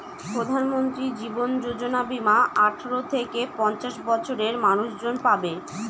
প্রধানমন্ত্রী জীবন যোজনা বীমা আঠারো থেকে পঞ্চাশ বছরের মানুষজন পাবে